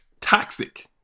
toxic